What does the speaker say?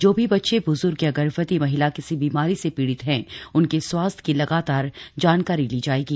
जो भी बच्चे ब्ज्र्ग या गर्भवती महिला किसी बीमारी से पीड़ित है उनके स्वास्थ्य की लगातार जानकारी ली जाएगी